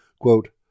Quote